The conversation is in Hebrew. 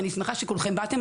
אני שמחה שכולכם באתם,